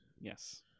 Yes